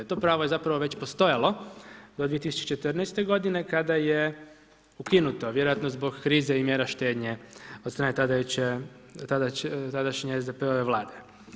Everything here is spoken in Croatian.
To pravo je zapravo već postojalo do 2014. godine kada je ukinuto vjerojatno zbog krize i mjera štednje od strane tadašnje SDP-ove Vlade.